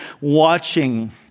watching